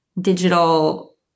digital